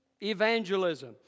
evangelism